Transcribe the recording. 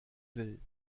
will